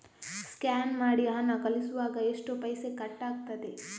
Scan ಮಾಡಿ ಹಣ ಕಳಿಸುವಾಗ ಎಷ್ಟು ಪೈಸೆ ಕಟ್ಟಾಗ್ತದೆ?